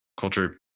culture